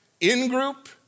in-group